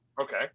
Okay